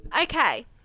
okay